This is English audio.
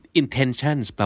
intentions